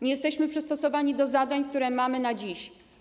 Nie jesteśmy przystosowani do zadań, które mamy na dziś.